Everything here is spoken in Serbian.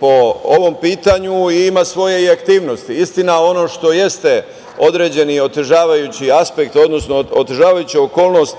po ovom pitanju i ima svoje aktivnosti. Istina, ono što jeste određeni otežavajući aspekt, odnosno otežavajuća okolnost